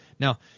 Now